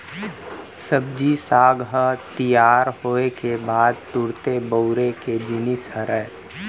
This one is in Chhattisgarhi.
सब्जी साग ह तियार होए के बाद तुरते बउरे के जिनिस हरय